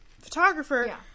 photographer